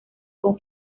con